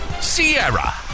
Sierra